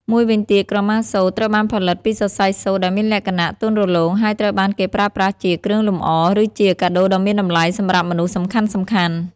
មួយវិញទៀត ក្រមាសូត្រ ត្រូវបានផលិតពីសរសៃសូត្រដែលមានលក្ខណៈទន់រលោង ហើយត្រូវបានគេប្រើប្រាស់ជា គ្រឿងលម្អ ឬជា កាដូដ៏មានតម្លៃ សម្រាប់មនុស្សសំខាន់ៗ។